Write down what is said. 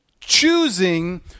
choosing